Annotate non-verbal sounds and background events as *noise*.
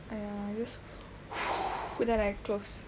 !aiya! I just *noise* and then I close